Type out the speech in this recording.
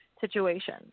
situation